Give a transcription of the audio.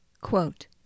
quote